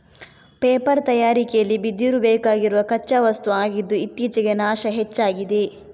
paper ತಯಾರಿಕೆಲಿ ಬಿದಿರು ಬೇಕಾಗಿರುವ ಕಚ್ಚಾ ವಸ್ತು ಆಗಿದ್ದು ಇತ್ತೀಚೆಗೆ ನಾಶ ಹೆಚ್ಚಾಗಿದೆ